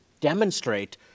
demonstrate